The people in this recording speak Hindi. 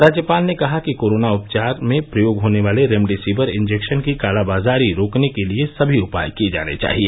राज्यपाल ने कहा कि कोरोना उपचार में प्रयोग होने वाले रेमडेसिविर इंजेक्शन की कालाबाजारी रोकने के सभी उपाय किए जाने चाहिए